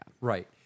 right